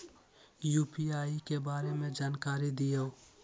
UPI के बारे में जानकारी दियौ?